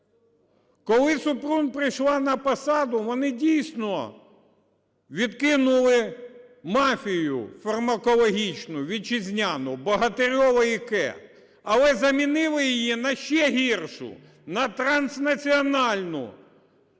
Коли Супрун прийшла на посаду, вони, дійсно, відкинули мафію фармакологічну вітчизняну "Богатирьова і К". Але замінили її на ще гіршу – на транснаціональну